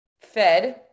fed